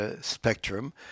spectrum